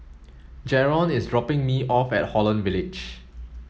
Jaron is dropping me off at Holland Village